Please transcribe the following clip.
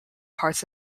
parts